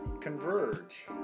converge